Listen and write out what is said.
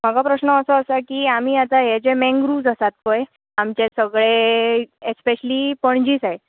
म्हाका प्रस्न असो आसा की आमी आतां हे जे मँग्रुव्ज आसात पळय आमचे सगळे एस्पॅश्यली पणजी सायड